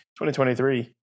2023